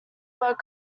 word